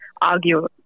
argue